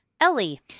Ellie